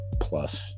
plus